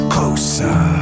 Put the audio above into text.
Closer